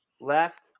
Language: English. left